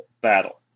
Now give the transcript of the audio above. battle